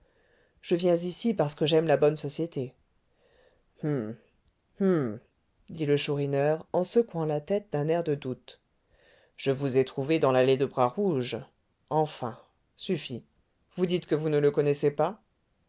je viens ici parce que j'aime la bonne société hum hum dit le chourineur en secouant la tête d'un air de doute je vous ai trouvé dans l'allée de bras rouge enfin suffit vous dites que vous ne le connaissez pas